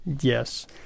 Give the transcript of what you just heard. Yes